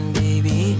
baby